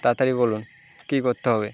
তাড়াতাড়ি বলুন কী করতে হবে